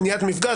מניעת מפגש,